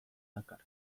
dakar